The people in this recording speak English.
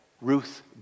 Ruth